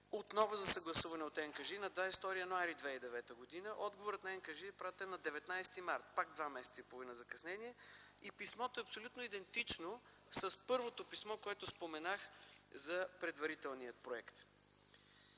отново за съгласуване от НКЖИ на 22 януари 2009 г. Отговорът на НКЖИ е пратен на 19 март – пак два месеца и половина закъснение. Писмото е абсолютно идентично с първото писмо, което споменах за предварителния проект.